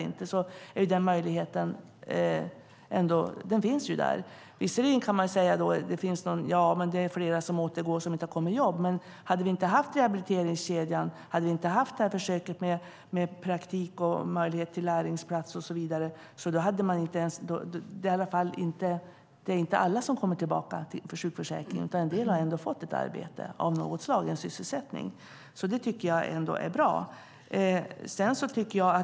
Visst kan man säga att det finns flera som har återgått och som inte har kommit i jobb, men hade vi inte haft rehabiliteringskedjan och det här försöket med praktik och möjlighet till lärlingsplatser hade ännu färre fått ett arbete. En del har ändå fått en sysselsättning av något slag. Det tycker jag ändå är bra.